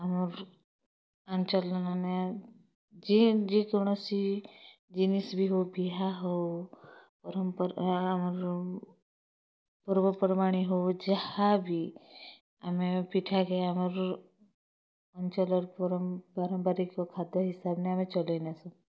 ଆମର୍ ଆଞ୍ଚଲ୍ନେ ଯେନ୍ ଯେକୌଣସି ଜିନିଷ୍ ବି ହୋଉ ବିହା ହୋଉ ପରମ୍ପରା ପର୍ବପର୍ବାଣି ହୋଉ ଯାହାବି ଆମେ ପିଠାକେ ଆମର୍ ଆଞ୍ଚଲ୍ର ପାରମ୍ପାରିକ ଖାଦ୍ୟ ହିସାବ୍ନେ ଆମେ ଚଲେଇ ନେସୁଁ